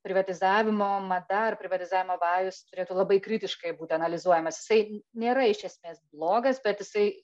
privatizavimo mada ar privatizavimo vajus turėtų labai kritiškai būt analizuojamas jisai nėra iš esmės blogas bet jisai